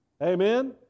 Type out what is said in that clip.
Amen